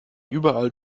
überall